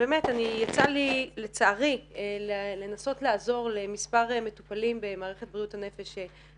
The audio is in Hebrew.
יצא לי לצערי לנסות לעזור למספר מטופלים במערכת בריאות הנפש,